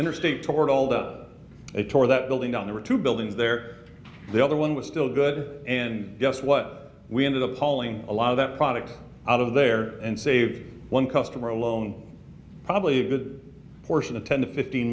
although they tore that building down the are two buildings there the other one was still good and guess what we ended up falling a lot of that product out of there and saved one customer alone probably a good portion of ten to fifteen